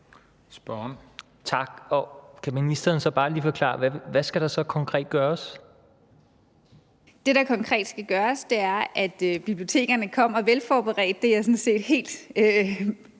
(Joy Mogensen): Det, der konkret skal gøres, er, at bibliotekerne kommer velforberedt.